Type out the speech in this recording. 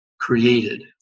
created